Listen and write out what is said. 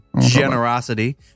Generosity